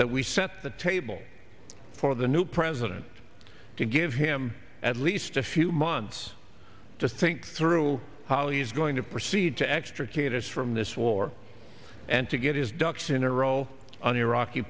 that we set the table for the new president to give him at least a few months to think through how he's going to proceed to extricate us from this war and to get his ducks in a row on